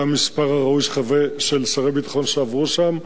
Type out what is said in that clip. המספר הראוי של שרי ביטחון שעברו שם,